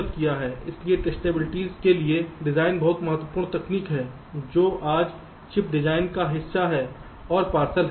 इसलिए टेस्टबिलिटीज़ के लिए डिजाइन बहुत महत्वपूर्ण तकनीक है जो आज चिप डिजाइन का हिस्सा और पार्सल है